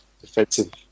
defensive